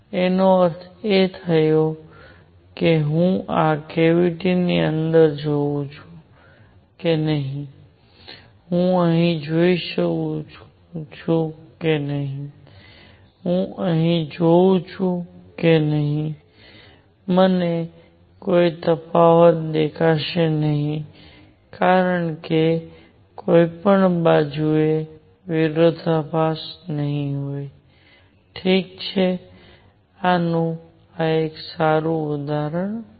એનો અર્થ એ થયો કે હું આ કેવીટી ની અંદર જોઉં છું કે નહીં હું અહીં જોઉં છું કે નહીં હું અહીં જોઉં છું કે નહીં મને કોઈ તફાવત દેખાશે નહીં કારણ કે કોઈ પણ બાજુથી કોઈ વિરોધાભાસ નહીં હોય ઠીક છે આનું આ એક સારું ઉદાહરણ છે